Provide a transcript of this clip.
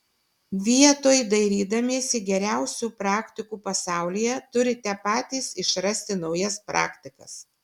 vietoj dairydamiesi geriausių praktikų pasaulyje turite patys išrasti naujas praktikas